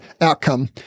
outcome